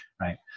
right